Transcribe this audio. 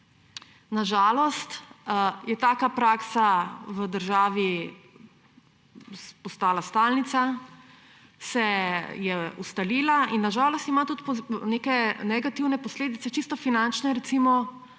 Na žalost je taka praksa v državi postala stalnica, se je ustalila in na žalost ima tudi neke negativne posledice, čisto finančne, lahko